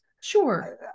Sure